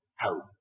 home